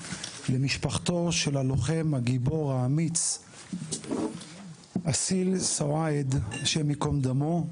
למשפחתו של הלוחם הגיבור האמיץ אסיל סואעד ה' יקום דמו,